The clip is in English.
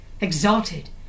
exalted